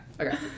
Okay